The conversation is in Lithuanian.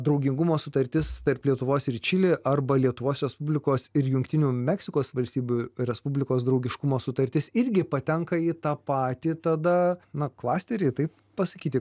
draugingumo sutartis tarp lietuvos ir čili arba lietuvos respublikos ir jungtinių meksikos valstybių respublikos draugiškumo sutartis irgi patenka į tą patį tada na klasterį taip pasakyti